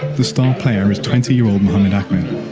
the star player is twenty year old mohammed ahmed.